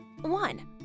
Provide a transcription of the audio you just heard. One